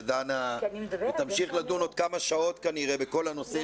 שדנה ותמשיך לדון עוד כמה שעות כנראה בכל הנושא